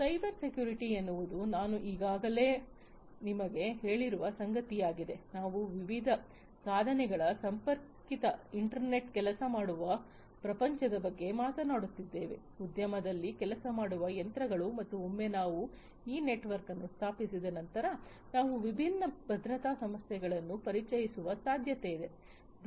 cyber security ಎನ್ನುವುದು ನಾನು ಈಗಾಗಲೇ ನಿಮಗೆ ಹೇಳಿರುವ ಸಂಗತಿಯಾಗಿದೆ ನಾವು ವಿವಿಧ ಸಾಧನಗಳ ಸಂಪರ್ಕಿತ ಇಂಟರ್ನೆಟ್ ಕೆಲಸ ಮಾಡುವ ಪ್ರಪಂಚದ ಬಗ್ಗೆ ಮಾತನಾಡುತ್ತಿದ್ದೇವೆ ಉದ್ಯಮದಲ್ಲಿ ಕೆಲಸ ಮಾಡುವ ಯಂತ್ರಗಳು ಮತ್ತು ಒಮ್ಮೆ ನಾವು ಈ ನೆಟ್ವರ್ಕ್ ಅನ್ನು ಸ್ಥಾಪಿಸಿದ ನಂತರ ನಾವು ವಿಭಿನ್ನ ಭದ್ರತಾ ಸಮಸ್ಯೆಗಳನ್ನು ಪರಿಚಯಿಸುವ ಸಾಧ್ಯತೆಯಿದೆ